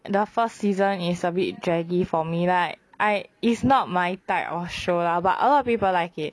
the first season is a bit draggy for me like I is not my type of show lah but a lot of people like it